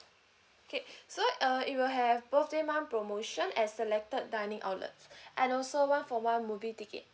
okay so uh it will have birthday month promotion at selected dining outlet and also one for one movie ticket